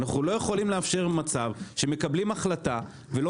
אנחנו לא יכולים לאפשר מצב שמקבלים החלטה ולא